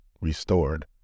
restored